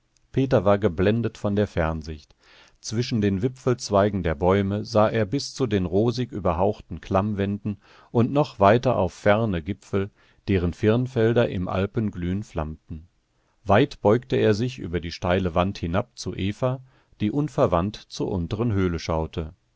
peter war geblendet von der fernsicht zwischen den wipfelzweigen der bäume sah er bis zu den rosig überhauchten klammwänden und noch weiter auf ferne gipfel deren firnfelder im alpenglühen flammten weit beugte er sich über die steile wand hinab zu eva die unverwandt zur unteren höhle schaute